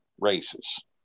races